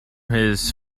his